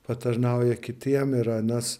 patarnauja kitiem ir anas